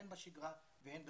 הן בשגרה והן בחירום.